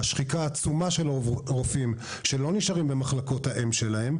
השחיקה העצומה של הרופאים שלא נשארים במחלקות האם שלהם,